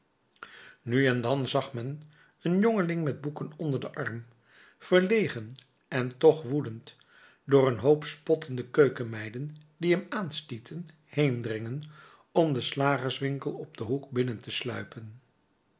nu en dan ook zag men een jongeling met boeken onder den arm verlegen en toch woedend door een hoop spottende keukenmeiden die hem aanstieten heendringen om den slagerswinkel op den hoek binnen te sluipen